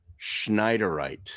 Schneiderite